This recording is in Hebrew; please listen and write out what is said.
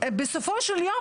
בסופו של יום,